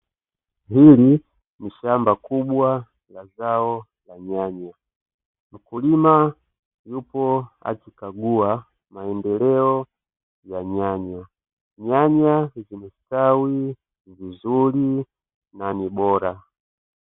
Hili ni shamba kubwa la zao la nyanya, mkulima yupo akikagua maendeleo ya nyanya, nyanya zimestawi vizuri na ni bora.